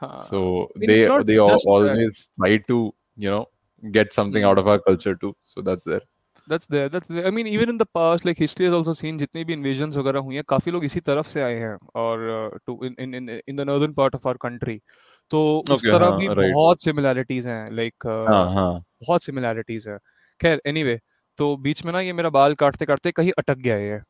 हाँ। So, I mean, they- it's not- they al- that's not always bad. try to, you know, get something Yeah. out of our culture too. So, that's there. That's there, that's there. I mean, even in the past, like, history has also seen, जितने भी invasions वगैरह हुई हैं, काफी लोग इसी तरफ से आये हैं, और, uh, to- in- in- in- in the northern part of our country. तो Okay, उस तरह हाँ, भी right. बहुत similarities हैं, like, uh, Uh-huh. बहुत similarities हैं। खैर, anyway, तो बीच में ना, ये मेरा बाल काटते-काटते कहीं अटक गया है।